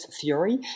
theory